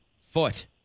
Foot